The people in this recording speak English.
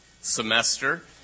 semester